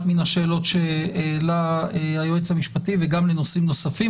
מן השאלות שהעלה היועץ המשפטי וגם לנושאים נוספים